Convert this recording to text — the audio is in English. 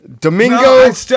Domingo